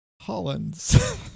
Hollins